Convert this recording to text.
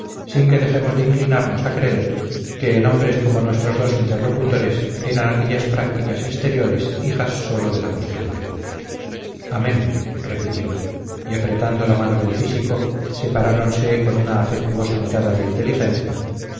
sin que dejemos de inclinarnos a creer que en hombres como nuestros dos interlocutores eran aquellas prácticas exteriores hijas sólo de la costumbre amén repitió y apretando la mano del físico separáronse con una afectuosa mirada de inteligencia